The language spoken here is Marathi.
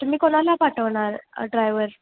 तुम्ही कोणाला पाठवणार ड्रायवर